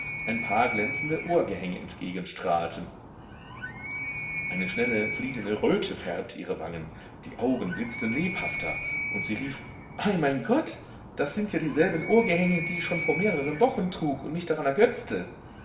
ein paar glänzende ohrgehänge entgegenstrahlten eine schnelle fliegende röte färbte ihre wangen die augen blitzten lebhafter und sie rief ei mein gott das sind ja dieselben ohrgehänge die ich schon vor mehreren wochen trug und mich daran ergötzte